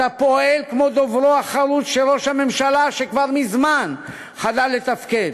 אתה פועל כמו דוברו החרוץ של ראש הממשלה שכבר מזמן חדל לתפקד,